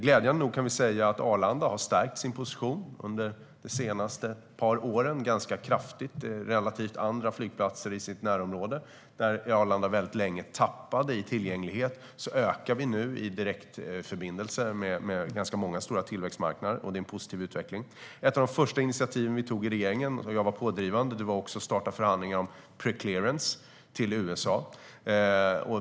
Glädjande nog kan vi säga att Arlanda har stärkt sin position under de senaste par åren ganska kraftigt relativt andra flygplatser i sitt närområde. Där Arlanda tappade väldigt länge i tillgänglighet ökar vi nu i direktförbindelser med ganska många stora tillväxtmarknader, och det är en positiv utveckling. Ett av de första initiativen vi tog i regeringen, och jag var pådrivande, var att starta förhandlingar om preclearance till USA.